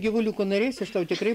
gyvuliukų norėsi aš tau tikrai